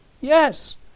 Yes